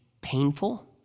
painful